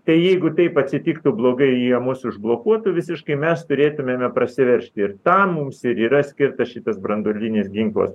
tai jeigu taip atsitiktų blogai jie mus užblokuotų visiškai mes turėtumėme prasiveržti ir tam mums ir yra skirtas šitas branduolinis ginklas